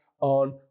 on